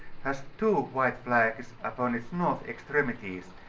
has two white flags upon its north extremities,